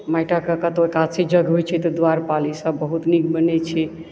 माटिक कतौ एकादशी यज्ञ होइ छै तऽ द्वारपाल ई सब बहुत नीक बनै छै